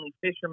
fishermen